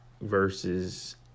versus